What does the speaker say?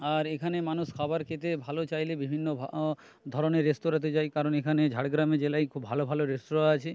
আর এখানে মানুষ খাবার খেতে ভালো চাইলে বিভিন্ন ও ধরনের রেস্তোরাঁতে যায় কারণ এখানে ঝাড়গ্রাম জেলায় খুব ভালো ভালো রেস্তোরাঁ আছে